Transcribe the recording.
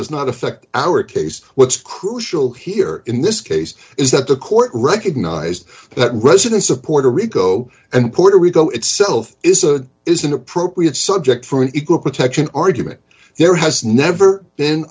does not affect our case what's crucial here in this case is that the court recognized that residents of puerto rico and puerto rico itself is a is an appropriate subject for an equal protection argument there has never been